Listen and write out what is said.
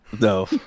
No